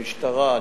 המשטרה,